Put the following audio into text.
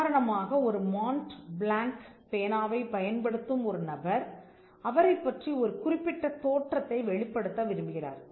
உதாரணமாக ஒரு Mont Blanc பேனாவை பயன்படுத்தும் ஒரு நபர் அவரைப்பற்றி ஒரு குறிப்பிட்ட தோற்றத்தை வெளிப்படுத்த விரும்புகிறார்